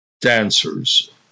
Dancers